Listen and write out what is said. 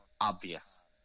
obvious